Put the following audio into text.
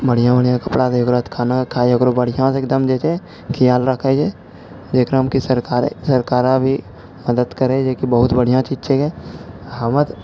बढ़िआँ बढ़िआँ कपड़ा दै ओकरा बाद खाना खाइ हइ ओकरो बढ़िआँसँ एकदम जे छै खियाल रखै छै जकरामे कि सरकार भी मदद करै छै जेकि बहुत बढ़िआँ चीज छै हमतऽ